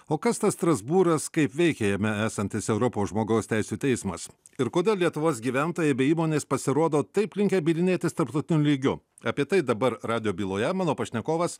o kas tas strasbūras kaip veikia jame esantis europos žmogaus teisių teismas ir kodėl lietuvos gyventojai bei įmonės pasirodo taip linkę bylinėtis tarptautiniu lygiu apie tai dabar radijo byloje mano pašnekovas